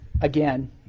again